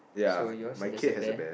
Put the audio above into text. so yours is in the bear